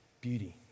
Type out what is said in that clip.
Beauty